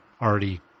already